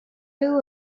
who